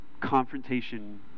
confrontation